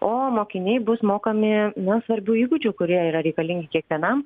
o mokiniai bus mokami na svarbių įgūdžių kurie yra reikalingi kiekvienam